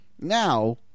Now